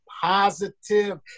positive